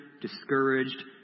discouraged